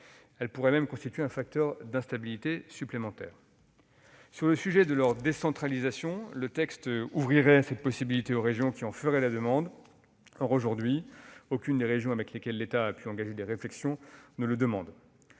Elle pourrait même constituer un facteur d'instabilité supplémentaire. Sur le sujet de la décentralisation des ports, le texte ouvrirait cette possibilité aux régions qui en feraient la demande. Toutefois, aucune des régions avec lesquelles l'État a pu engager une réflexion ne le demande.